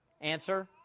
Answer